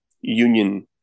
union